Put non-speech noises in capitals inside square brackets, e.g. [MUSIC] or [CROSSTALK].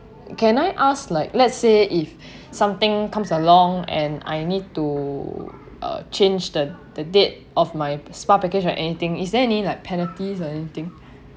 can I ask like let's say if [BREATH] something comes along and I need to uh changed the the date of my spa package or anything is there any like penalties or anything